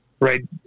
right